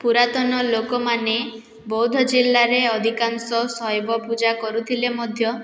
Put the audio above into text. ପୁରାତନ ଲୋକମାନେ ବୌଦ୍ଧ ଜିଲ୍ଲାରେ ଅଧିକାଂଶ ଶୈବପୂଜା କରୁଥିଲେ ମଧ୍ୟ